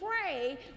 pray